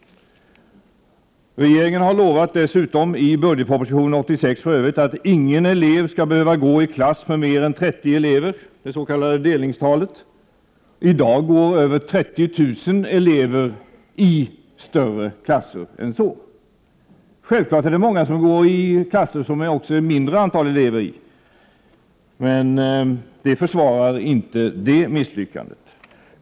Regeringen har dessutom i den budgetproposition som framlades 1986 lovat att ingen elev skall behöva gå i en klass som omfattar mer än 30 elever - det s.k. delningstalet. I dag går över 30 0000 elever i klasser som är större än så. Självklart är det många som går i klasser med mindre elevantal, men det försvarar inte misslyckandet.